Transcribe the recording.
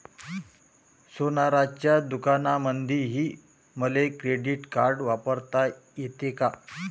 सोनाराच्या दुकानामंधीही मले क्रेडिट कार्ड वापरता येते का?